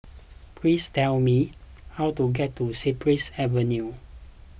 please tell me how to get to Cypress Avenue